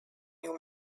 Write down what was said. new